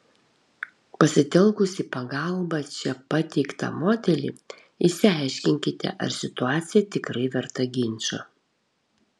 pasitelkusi į pagalbą čia pateiktą modelį išsiaiškinkite ar situacija tikrai verta ginčo